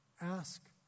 Ask